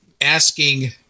asking